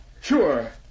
Sure